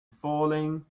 falling